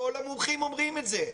כל המומחים אומרים את זה.